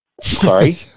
Sorry